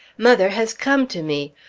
mother has come to me!